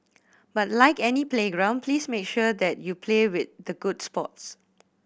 but like any playground please make sure that you play with the good sports